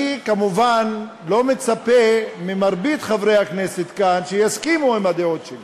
אני כמובן לא מצפה ממרבית חברי הכנסת כאן שיסכימו לדעות שלי